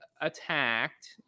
attacked